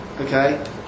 Okay